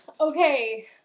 Okay